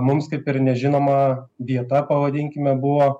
mums kaip ir nežinoma vieta pavadinkime buvo